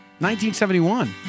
1971